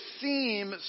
seem